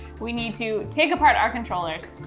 we need to take apart our controllers.